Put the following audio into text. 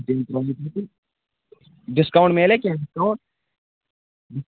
discount میلایٛا کیٚنٛہہ